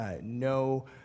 no